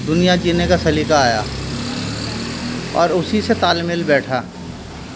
دنیا جینے کا سلیقہ آیا اور اسی سے تال میل بیٹھا